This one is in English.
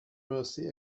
mercy